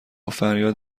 فریاد